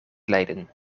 leiden